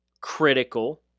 critical